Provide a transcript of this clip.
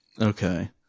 Okay